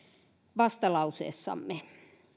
vastalauseessamme